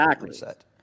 Reset